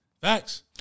Facts